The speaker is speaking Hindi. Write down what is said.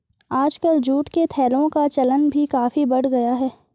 आजकल जूट के थैलों का चलन भी काफी बढ़ गया है